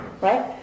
right